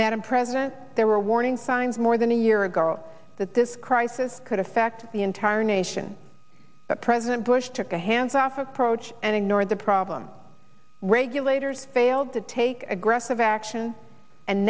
madam president there were warning signs more than a year ago that this crisis could affect the entire nation but president bush took a hands off approach and ignored the problem regulators failed to take aggressive action and